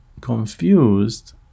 confused